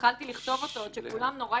התחלתי לכתוב אותו עוד כשכולם נורא